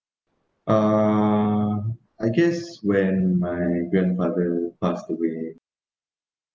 uh I guess when my grandfather passed away